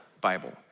Bible